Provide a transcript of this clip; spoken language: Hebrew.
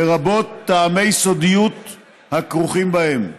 לרבות טעמי סודיות הכרוכים בהם.